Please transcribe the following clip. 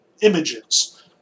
images